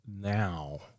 Now